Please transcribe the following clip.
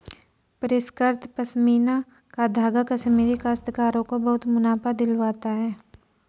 परिष्कृत पशमीना का धागा कश्मीरी काश्तकारों को बहुत मुनाफा दिलवाता है